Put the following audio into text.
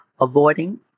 avoiding